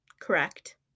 correct